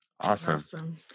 Awesome